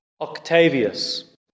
Octavius